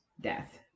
death